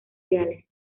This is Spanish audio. reales